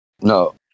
No